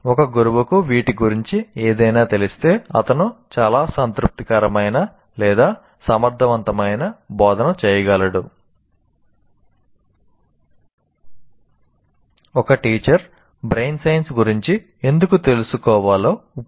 ఒక గురువుకు వీటి గురించి ఏదైనా తెలిస్తే అతను చాలా సంతృప్తికరమైన లేదా సమర్థవంతమైన బోధన చేయగలడు